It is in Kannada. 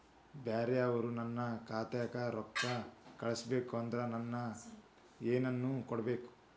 ಬ್ಯಾರೆ ಅವರು ನನ್ನ ಖಾತಾಕ್ಕ ರೊಕ್ಕಾ ಕಳಿಸಬೇಕು ಅಂದ್ರ ನನ್ನ ಏನೇನು ಕೊಡಬೇಕು?